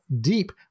deep